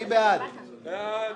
הצבעה בעד, מיעוט